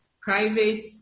private